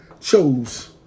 chose